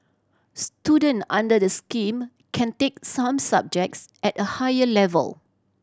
student under the scheme can take some subjects at a higher level